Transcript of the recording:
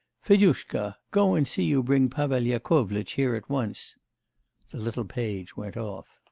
fedushka, go and see you bring pavel yakovlitch here at once the little page went off.